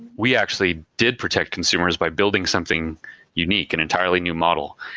we actually did protect consumers by building something unique and entirely new model,